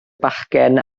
bachgen